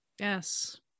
Yes